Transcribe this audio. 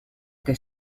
que